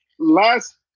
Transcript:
Last